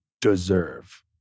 deserve